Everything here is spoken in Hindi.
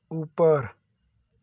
ऊपर